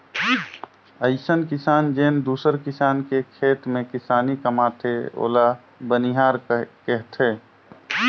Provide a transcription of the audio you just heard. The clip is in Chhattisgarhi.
अइसन किसान जेन दूसर किसान के खेत में किसानी कमाथे ओला बनिहार केहथे